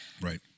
right